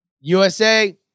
USA